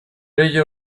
ello